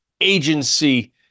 agency